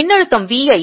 மின்னழுத்தம் V ஐ